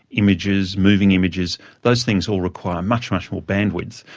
images, moving images, those things all require much, much more bandwidth.